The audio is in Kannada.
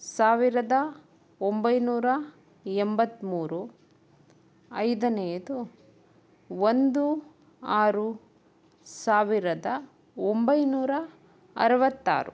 ಸಾವಿರದ ಒಂಬೈನೂರ ಎಂಬತ್ಮೂರು ಐದನೇಯದು ಒಂದು ಆರು ಸಾವಿರದ ಒಂಬೈನೂರ ಅರವತ್ತಾರು